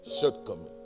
shortcoming